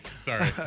Sorry